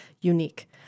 unique